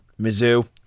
mizzou